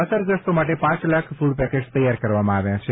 અસરગ્રસ્તો માટે પાંચ lakh food packet તૈયાર કરવામાં આવ્યા છે